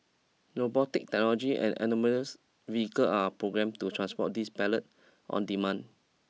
robotic technology and autonomous vehicle are programmed to transport these pallet on demand